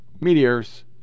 meteors